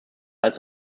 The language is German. als